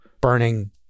burning